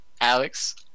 Alex